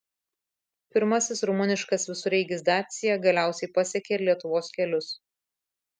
pirmasis rumuniškas visureigis dacia galiausiai pasiekė ir lietuvos kelius